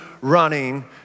running